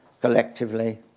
collectively